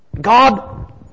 God